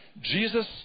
Jesus